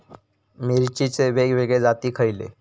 मिरचीचे वेगवेगळे जाती खयले?